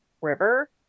river